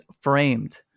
framed